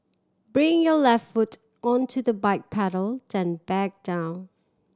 bring your left foot onto the bike pedal then back down